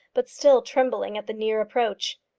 but still trembling at the near approach.